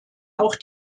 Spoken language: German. auch